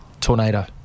tornado